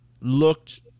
looked